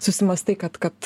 susimąstai kad kad